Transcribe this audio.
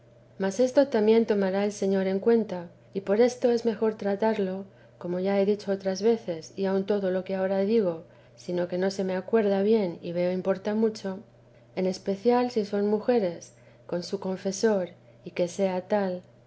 m esto también tomará el señor en cuenta y por esto mejor tratarlo como ya he dicho otras veces y aun todo lo que ahora digo sino que no se me acuerda bien y veo importa mucho en especial si son mujeres con su confesor y que sea tal